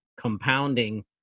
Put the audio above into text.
compounding